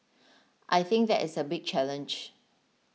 I think that is a big challenge